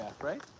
right